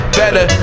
better